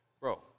Bro